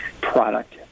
product